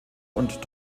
und